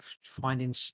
finding